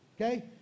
Okay